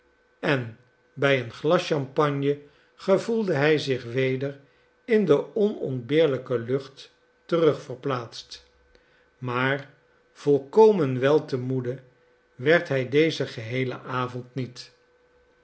en bij een glas champagne gevoelde hij zich weder in de onontbeerlijke lucht terugverplaatst maar volkomen wel te moede werd hij dezen geheelen avond niet